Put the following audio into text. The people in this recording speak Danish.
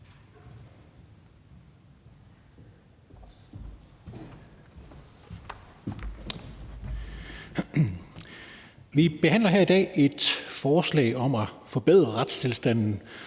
Vi behandler her i dag et forslag om at forbedre retstilstanden